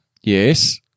Yes